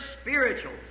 spiritual